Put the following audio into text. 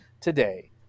today